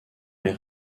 les